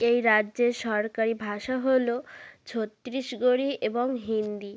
এই রাজ্যের সরকারি ভাষা হলো ছত্তিশগড়ি এবং হিন্দি